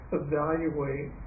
evaluate